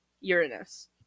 Uranus